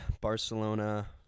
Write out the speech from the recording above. barcelona